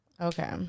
Okay